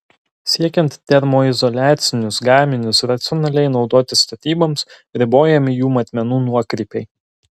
siekiant termoizoliacinius gaminius racionaliai naudoti statyboms ribojami jų matmenų nuokrypiai